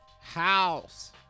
house